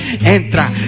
Entra